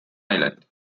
island